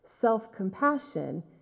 Self-compassion